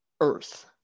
Earth